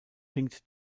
hinkt